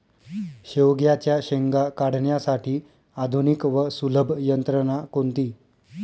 शेवग्याच्या शेंगा काढण्यासाठी आधुनिक व सुलभ यंत्रणा कोणती?